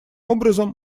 образом